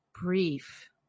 brief